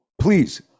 Please